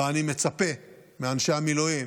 ואני מצפה מאנשי המילואים